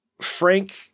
Frank